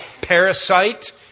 parasite